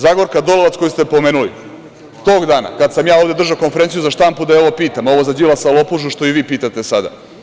Zagorka Dolovac, koju ste pomenuli, tog dana kada sam ja ovde držao konferenciju da je ovo pitam, ovo za Đilasa lopužu što i vi pitate sada.